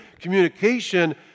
communication